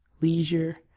leisure